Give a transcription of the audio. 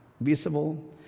visible